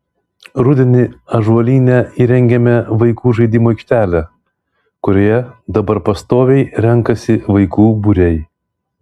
rudenį ąžuolyne įrengėme vaikų žaidimų aikštelę kurioje dabar pastoviai renkasi vaikų būriai